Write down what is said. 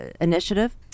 initiative